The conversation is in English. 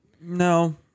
no